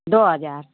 दो हजार